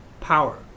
Power